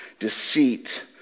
Deceit